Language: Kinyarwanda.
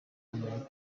amerika